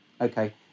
okay